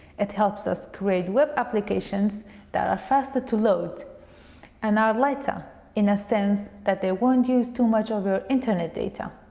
it helps us create web applications that are faster to load and are lighter in the sense that they won't use too much of your internet data.